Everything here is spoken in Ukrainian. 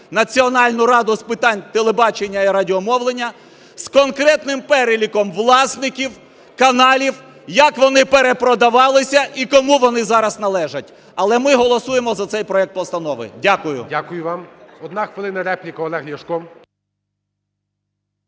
Національну раду з питань телебачення і радіомовлення з конкретним переліком власників каналів, як вони перепродавалися і кому вони зараз належать? Але ми голосуємо за цей проект постанови. Дякую. ГОЛОВУЮЧИЙ. Дякую вам. Одна хвилина репліка Олег Ляшко.